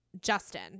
Justin